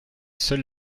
seul